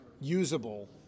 usable